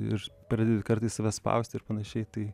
ir pradedi kartais save spausti ir panašiai tai